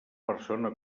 persona